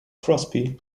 crosby